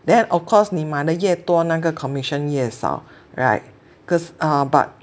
then of course 你买的越多那个 commission 越少 right 可是啊 but